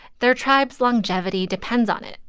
their tribe's longevity depends on it.